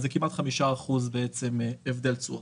זה כמעט 5% הבדל תשואות.